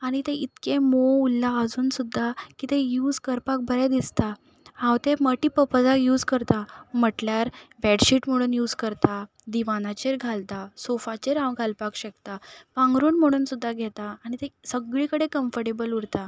आनी तें इतकें मोव उरलां आजून सुद्दां तें यूज करपाक बरें दिसता हांव तें मल्टीपर्पज यूज करतां म्हटल्यार बेडशीट म्हणून यूज करतां दिवाणाचेर घालता सोफाचेर हांव घालपाक शकतां पांगरूण म्हणून सुद्दां घेता आनी ते सगली कडेन कम्फरटेबल उरता